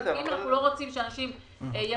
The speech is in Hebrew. אם אנחנו לא רוצים שאנשים יזניחו